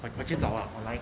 我我就找 lah online